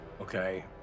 Okay